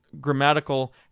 grammatical